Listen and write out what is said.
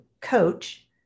coach